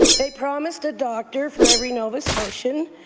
they promised a doctor for every nova scotian.